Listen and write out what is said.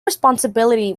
responsibility